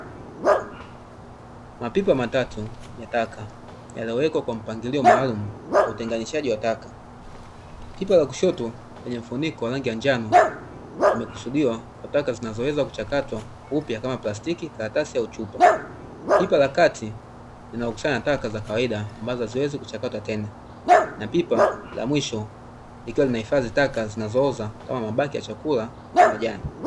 Mapipa matatu ya taka yaliowekwa kwa mpangilio maalumu wa utenganishaji wa taka, pipa la kushoto lenye mfuniko wa rangi ya njano imekusudiwa kwa taka zinazoweza kuchakatwa upya kama plastiki, karatasi au chupa. Pipa la kati linakusanya taka za kawaida ambazo haziwezi kuchakatwa tena na pipa la mwisho likiwa linahifadhi taka zinazooza kama mabaki ya chakula na majani.